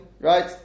Right